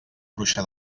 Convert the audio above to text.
bruixa